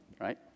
Right